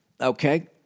Okay